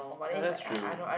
ya that's true